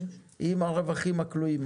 עם הרווחים הכלואים,